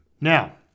Now